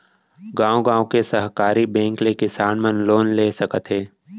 गॉंव गॉंव के सहकारी बेंक ले किसान मन लोन ले सकत हे